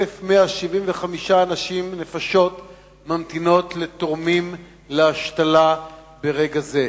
1,175 אנשים ממתינים לתורמים להשתלה ברגע זה.